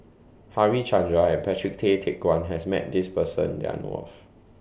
Harichandra and Patrick Tay Teck Guan has Met This Person that I know of